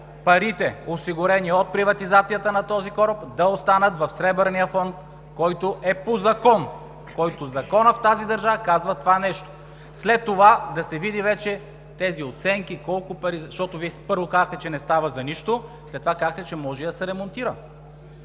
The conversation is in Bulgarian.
парите, осигурени от приватизацията на този кораб, да останат в Сребърния фонд, както е по закон и законът в тази държава казва това нещо. След това вече да се видят тези оценки и колко пари. Защото Вие първо казахте, че не става за нищо, а след това казахте, че може и да се ремонтира